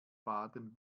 baden